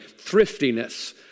thriftiness